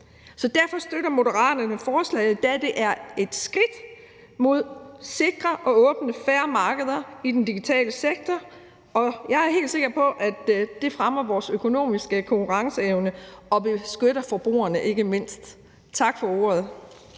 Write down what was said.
Derfor støtter Moderaterne forslaget, da det er et skridt mod sikre, åbne og fair markeder i den digitale sektor, og jeg er helt sikker på, at det fremmer vores økonomiske konkurrenceevne og ikke mindst beskytter forbrugerne. Tak for ordet.